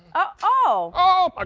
oh, ah